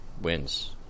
wins